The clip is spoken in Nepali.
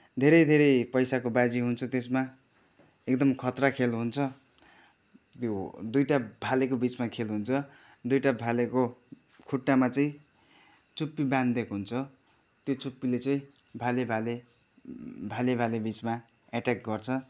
धेरै धेरै पैसाको बाजी हुन्छ त्यसमा एकदम खत्रा खेल हुन्छ त्यो दुइटा भालेको बिचमा खेल हुन्छ दुइटा भालेको खट्टामा चाहिँ चुप्पी बाँधिदिएको हुन्छ त्यो चुप्पीले चाहिँ भाले भाले भाले भाले बिचमा एट्याक गर्छ